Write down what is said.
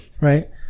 Right